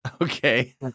Okay